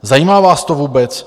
Zajímá vás to vůbec?